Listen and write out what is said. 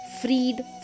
freed